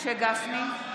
משה גפני,